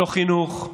לא חינוך,